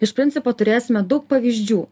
iš principo turėsime daug pavyzdžių